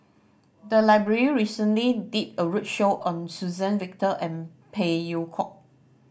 the library recently did a roadshow on Suzann Victor and Phey Yew Kok